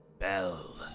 Bell